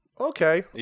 okay